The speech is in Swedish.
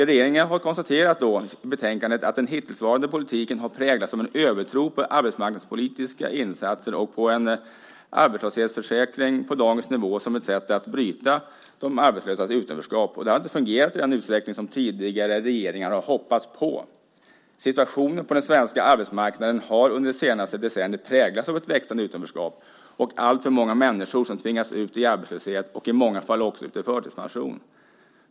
Regeringen har konstaterat, liksom vi i utskottet, att den hittillsvarande politiken har präglats av en övertro på arbetsmarknadspolitiska insatser och på en arbetslöshetsförsäkring på dagens nivå som ett sätt att bryta de arbetslösas utanförskap. Det har inte fungerat i den utsträckning som tidigare regeringar har hoppats på. Situationen på den svenska arbetsmarknaden har under det senaste decenniet präglats av ett växande utanförskap. Alltför många människor tvingas ut i arbetslöshet, i många fall också ut i förtidspension.